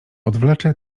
odwlecze